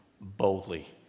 boldly